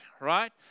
right